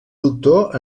doctor